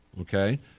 okay